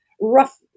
rough